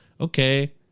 okay